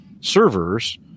servers